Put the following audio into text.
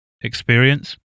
experience